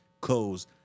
close